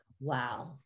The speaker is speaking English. Wow